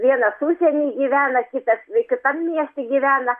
vienas užsieny gyvena kitas kitam mieste gyvena